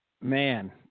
Man